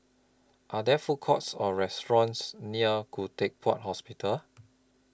Are There Food Courts Or restaurants near Khoo Teck Puat Hospital